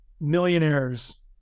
millionaires